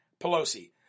Pelosi